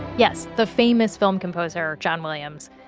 yes, the famous film composer john williams.